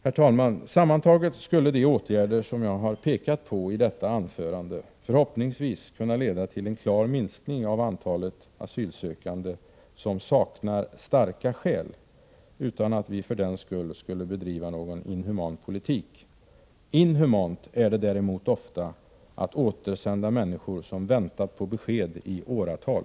Herr talman, sammantaget skulle de åtgärder som jag har pekat på i detta anförande förhoppningsvis kunna leda till en klar minskning av antalet asylsökande som saknar starka skäl, utan att vi för den skull skulle bedriva någon inhuman politik. Inhumant är det däremot ofta att återsända människor som väntat på besked i åratal.